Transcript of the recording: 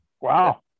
wow